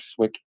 swick